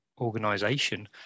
organization